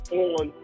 on